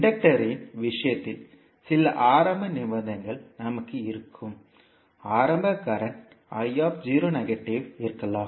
இன்டக்டர்யின் விஷயத்தில் சில ஆரம்ப நிபந்தனைகள் நமக்கு இருக்கும் ஆரம்ப மின்னோட்டம் i இருக்கலாம்